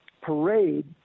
parade